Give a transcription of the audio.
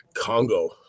Congo